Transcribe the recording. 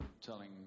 telling